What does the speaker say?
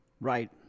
right